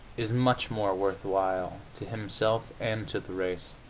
is much more worth while, to himself and to the race.